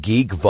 Geek